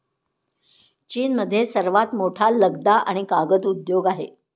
चीनमध्ये सर्वात मोठा लगदा आणि कागद उद्योग आहे